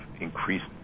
increased